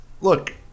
look